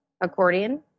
accordion